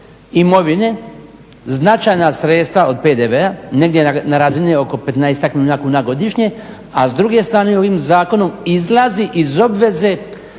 imovine značajna sredstva od PDV-a, negdje na razini oko petnaestak milijuna kuna godišnje. A s druge strane ovim zakonom izlazi iz obveze